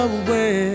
away